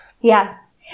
Yes